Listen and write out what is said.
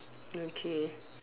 okay